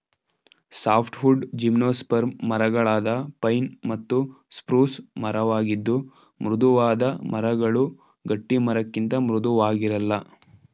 softwood gymnosperm ಮರಗಳಾದ pine ಮತ್ತು spruce ಮರವಾಗಿದ್ದು ಮೃದುವಾದ ಮರಗಳು ಗಟ್ಟಿಮರಕ್ಕಿಂತ ಮೃದುವಾಗಿರಲ್ಲ